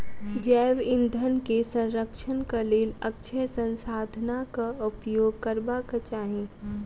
जैव ईंधन के संरक्षणक लेल अक्षय संसाधनाक उपयोग करबाक चाही